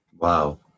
Wow